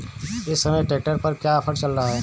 इस समय ट्रैक्टर पर क्या ऑफर चल रहा है?